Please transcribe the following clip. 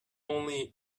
only